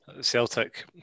Celtic